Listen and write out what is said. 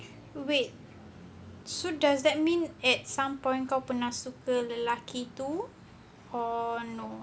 wait so does that mean at some point kau pernah suka lelaki tu on